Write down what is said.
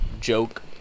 Joke